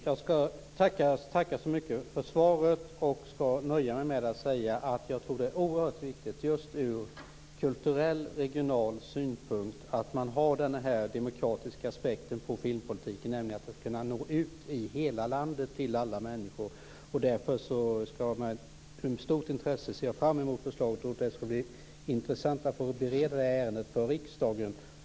Fru talman! Jag tackar så mycket för svaret och nöjer mig med att säga att jag tror att det är oerhört viktigt just från kulturell och regional synpunkt att man har denna demokratiska aspekt på filmpolitiken, att film skall kunna nå ut i hela landet till alla människor. Därför ser jag med stort intresse fram emot förslaget, och det skall bli intressant att bereda detta ärende för riksdagen.